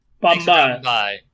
Bye-bye